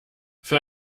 für